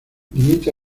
limita